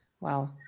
Wow